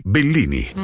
Bellini